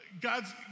God's